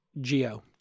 geo